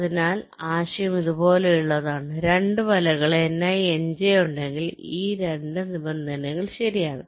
അതിനാൽ ആശയം ഇതുപോലെയുള്ളതാണ് 2 വലകൾ Ni Nj ഉണ്ടെങ്കിൽ ഈ 2 നിബന്ധനകൾ ശരിയാണ്